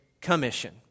Commission